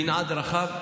במנעד רחב,